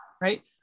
Right